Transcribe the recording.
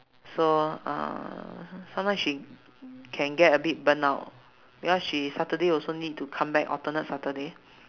so uh sometime she can get a bit burn out because she saturday also need to come back alternate saturday